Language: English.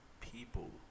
people